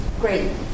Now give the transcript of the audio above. great